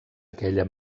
aquella